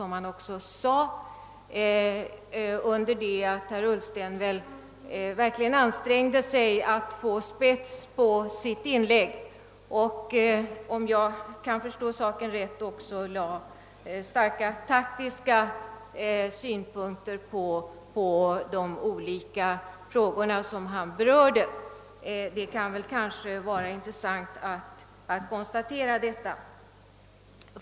Herr Ullsten ansträngde sig verkligen att få »spets» på sitt inlägg och lade — om jag förstod saken rätt — starka taktiska synpunkter på de olika frågor som han berörde. Det kan kanske vara intressant att konstatera detta.